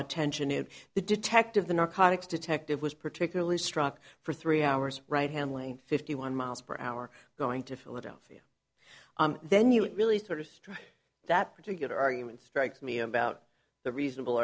attention in the detective the narcotics detective was particularly struck for three hours right handling fifty one miles per hour going to philadelphia and then you really sort of struck that particular argument strikes me about the reasonable